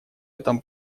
этом